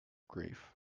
grief